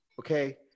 Okay